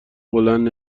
بند